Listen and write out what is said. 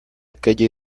calle